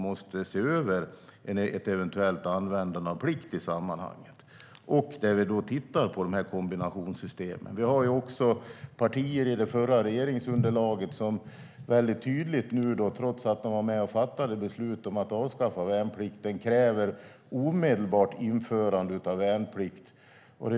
I utredningen måste ett eventuellt användande av plikt ses över. Vi tittar även på kombinationssystemen. Vi har dessutom partier som ingick i det förra regeringsunderlaget som, trots att de var med och fattade beslut om att avskaffa värnplikten, kräver ett omedelbart införande av värnplikt.